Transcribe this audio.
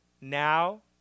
now